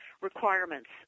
requirements